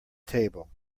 table